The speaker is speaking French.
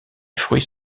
fruits